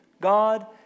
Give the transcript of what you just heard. God